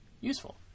useful